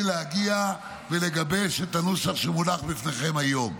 להגיע ולגבש את הנוסח שמונח בפניכם היום.